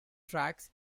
tracks